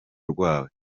rwayo